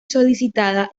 solicitada